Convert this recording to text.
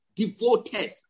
devoted